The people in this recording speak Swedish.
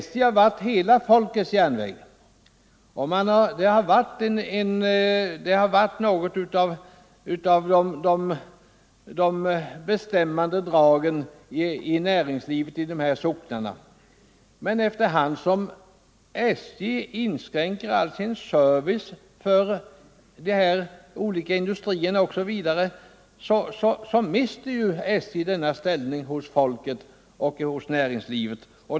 SJ har varit hela folkets järnväg och utgjort ett av de bestämmande inslagen i näringslivet i de här socknarna. Men efter hand som SJ inskränker all sin service till de olika industrierna så mister ju SJ denna ställning hos folket och hos näringslivet.